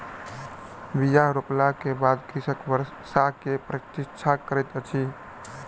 बीया रोपला के बाद कृषक वर्षा के प्रतीक्षा करैत अछि